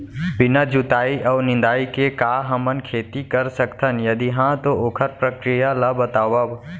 बिना जुताई अऊ निंदाई के का हमन खेती कर सकथन, यदि कहाँ तो ओखर प्रक्रिया ला बतावव?